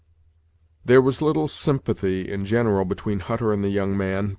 there was little sympathy in general between hutter and the young man,